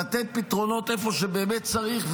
לתת פתרונות איפה שבאמת צריך,